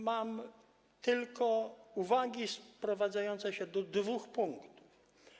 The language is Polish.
Mam tylko uwagi sprowadzające się do dwóch punktów.